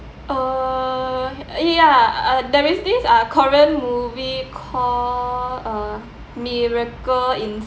uh ya uh there is this korean movie call uh miracle in